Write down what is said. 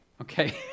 Okay